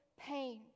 pain